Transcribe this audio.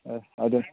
ꯑꯧ ꯑꯗꯨ